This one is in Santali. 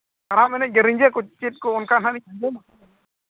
ᱠᱟᱨᱟᱢ ᱮᱱᱮᱡ ᱜᱮ ᱨᱤᱸᱡᱷᱟᱹ ᱠᱚ ᱪᱮᱫ ᱠᱚ ᱚᱱᱠᱟ ᱦᱟᱸᱜ ᱞᱤᱧ ᱟᱸᱡᱚᱢ ᱟᱠᱟᱫᱟ